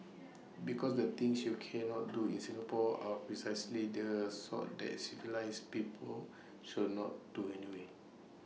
because the things you cannot do in Singapore are precisely the sort that civilised people should not do anyway